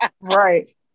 Right